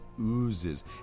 oozes